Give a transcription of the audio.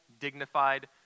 dignified